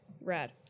Rad